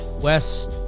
Wes